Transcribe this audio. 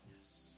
Yes